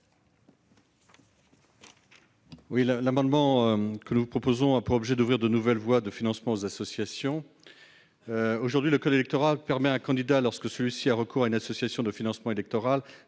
amendement vise à ouvrir de nouvelles voies de financement aux associations. Aujourd'hui, le code électoral permet à un candidat, lorsque celui-ci a recours à une association de financement électoral,